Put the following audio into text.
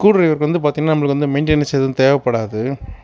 screw ட்ரைவருக்கு வந்து பார்த்திங்கனா நம்மளுக்கு வந்து மெயின்டனன்ஸ் எதுவும் தேவைப்படாது